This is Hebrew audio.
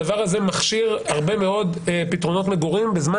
הדבר הזה מכשיר הרבה מאוד פתרונות מגורים בזמן